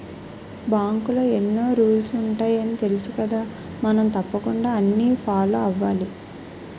బాంకులో ఎన్నో రూల్సు ఉంటాయని తెలుసుకదా మనం తప్పకుండా అన్నీ ఫాలో అవ్వాలి